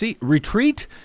retreat